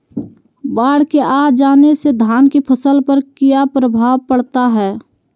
बाढ़ के आ जाने से धान की फसल पर किया प्रभाव पड़ता है?